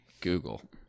Google